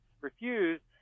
refused